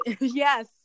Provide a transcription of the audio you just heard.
Yes